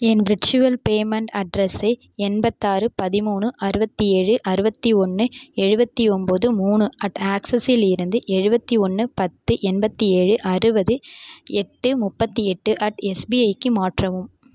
என் virtual payment அட்ரஸை எண்பத்தாறு பதிமூணு அறுபத்தி ஏழு அறுபத்தி ஒன்று எழுபத்தி ஒம்பது மூணு அட் ஆக்சஸ்ஸிலிருந்து எழுபத்தி ஒன்று பத்து எண்பத்தி ஏழு அறுபது எட்டு முப்பத்தி எட்டு அட் எஸ்பிஐக்கு மாற்றவும்